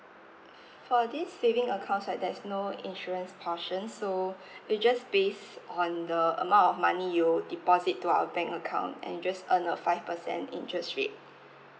for this saving account right there's no insurance portion so we just based on the amount of money you deposit to our bank account and you just earn a five percent interest rate